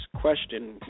question